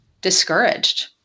discouraged